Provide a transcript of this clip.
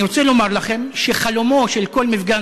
אני רוצה לומר לכם שחלומו של כל מפגין